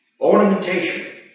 ornamentation